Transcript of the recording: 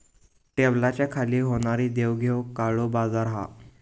टेबलाच्या खाली होणारी देवघेव काळो बाजार हा